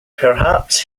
perhaps